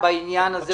בעניין הזה.